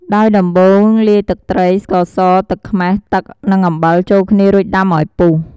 ដោយដំបូង លាយទឹកត្រី ស្ករស ទឹកខ្មេះ ទឹក និងអំបិល ចូលគ្នា រួចដាំឱ្យពុះ។